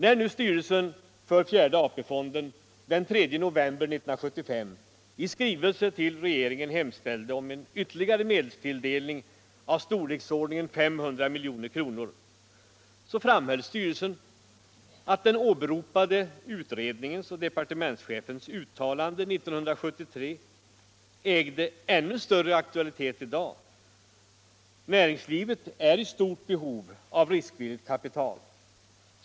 När nu styrelsen för fjärde AP-fonden den 3 november 1975 i skrivelse till regeringen hemställde om en ytterligare medelstilldelning av storleksordningen 500 milj.kr. framhöll styrelsen att den åberopade utredningen och departementschefens uttalanden 1973 ägde ännu större aktualitet i dag. Näringslivet är i stort behov av riskvilligt kapital.